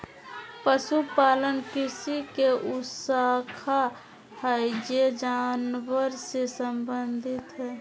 पशुपालन कृषि के उ शाखा हइ जे जानवर से संबंधित हइ